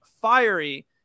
fiery